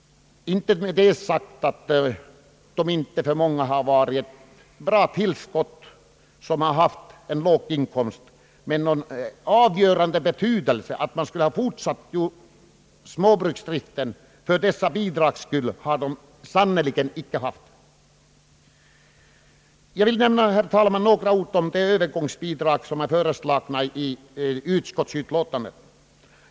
Det har hävdats att de för många som har en låg inkomst inneburit ett värdefullt tillskott, detta kan jag instämma i, men någon avgörande betydelse för om ve dåerbörande skulle fortsätta småbruksdriften eller inte har dessa bidrag sannerligen icke haft. Herr talman! Jag vill nämna några ord om de i utskottsutlåtandet föreslagna övergångsbidragen.